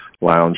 Lounge